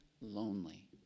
lonely